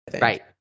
Right